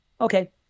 Okay